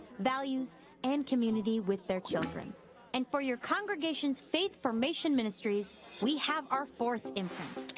values and community with their children and for your congregations faith formation ministries we have our fourth imprint,